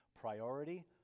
priority